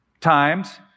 times